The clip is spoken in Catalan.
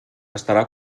estarà